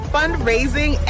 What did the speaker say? Fundraising